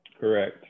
Correct